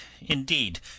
indeed